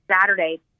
Saturday